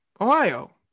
Ohio